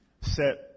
set